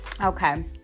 Okay